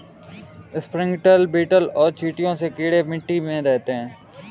springtail, beetle और चींटियां जैसे कीड़े मिट्टी में रहते हैं